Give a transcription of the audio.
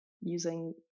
using